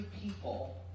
people